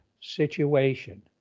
situation